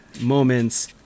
moments